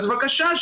אז בבקשה,